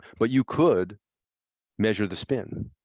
but you could measure the spin.